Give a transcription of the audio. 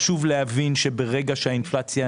חשוב להבין שברגע שהאינפלציה